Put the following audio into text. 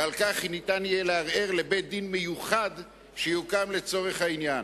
ועל כך ניתן יהיה לערער לבית-דין מיוחד שיוקם לצורך העניין.